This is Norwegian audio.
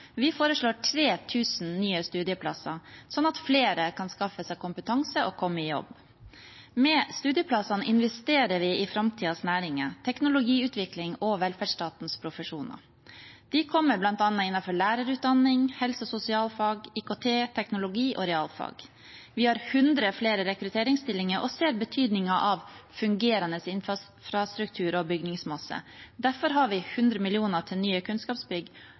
Vi foreslår 3 000 nye studieplasser, slik at flere kan skaffe seg kompetanse og komme i jobb. Med studieplassene investerer vi i framtidens næringer, teknologiutvikling og velferdsstatens profesjoner. De kommer bl.a. innenfor lærerutdanning, helse- og sosialfag, IKT, teknologi og realfag. Vi har 100 flere rekrutteringsstillinger og ser betydningen av fungerende infrastruktur og bygningsmasse. Derfor har vi 100 mill. kr til nye kunnskapsbygg